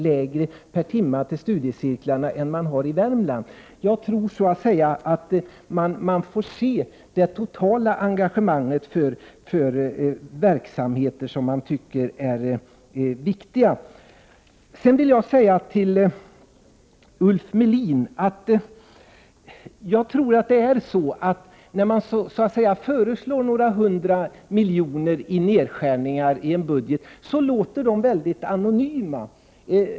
mindre per timme för studiecirklarna än vad man har i Värmland? Vi får se till det totala engagemanget för de verksamheter som man tycker är viktiga. Till Ulf Melin vill jag säga att några hundra miljoner kronor i nedskärningarien budget ger ett mycket anonymt intryck.